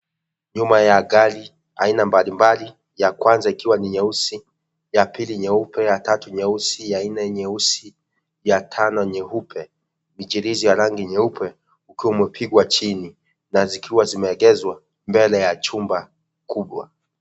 Nyuma ya gari aina mbalimbali ya kwanza ikiwa ni nyeusi, ya pili nyeupe, ya tatu nyeusi ya nne nyeusi, ya tano nyeupe, michirizi ya rangi nyeupe ukiwa umepigwa chini na zikiwa zimeegezwa mbele ya chumba kubwa.